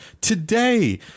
today